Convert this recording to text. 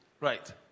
Right